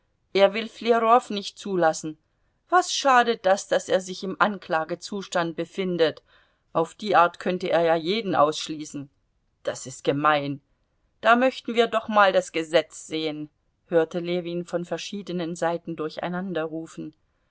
er will flerow nicht zulassen was schadet das daß er sich im anklagezustand befindet auf die art könnte er ja jeden ausschließen das ist gemein da möchten wir doch mal das gesetz sehen hörte ljewin von verschiedenen seiten